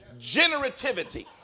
Generativity